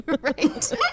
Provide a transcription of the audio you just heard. Right